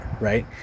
right